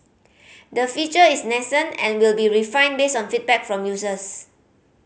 the feature is nascent and will be refined based on feedback from users